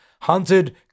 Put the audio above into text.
hunted